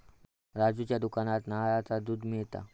राजूच्या दुकानात नारळाचा दुध मिळता